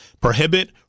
Prohibit